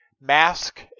Mask